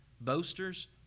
boasters